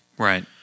Right